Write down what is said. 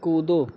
कूदो